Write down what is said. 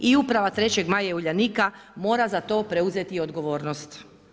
I uprava Trećeg Maja i Uljanika mora za to preuzeti odgovornost.